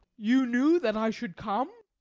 you knew that i should come?